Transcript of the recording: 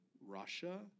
Russia